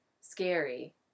scary